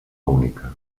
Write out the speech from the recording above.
única